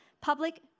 public